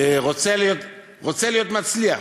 רוצה להצליח,